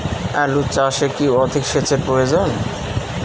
আলু চাষে কি অধিক সেচের প্রয়োজন?